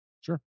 Sure